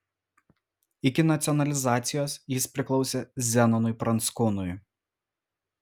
iki nacionalizacijos jis priklausė zenonui pranckūnui